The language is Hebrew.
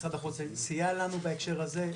משרד החוץ סייע לנו בהקשר הזה,